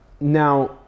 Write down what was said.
Now